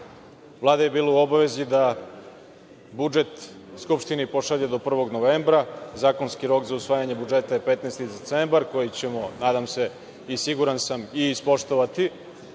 Vlada je bila u obavezi da budžet Skupštini pošalje do 1. novembra, zakonski rok za usvajanje budžeta je 15. decembar, koji ćemo, nadam se i siguran sam, i ispoštovati.